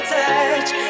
touch